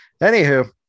anywho